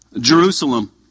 Jerusalem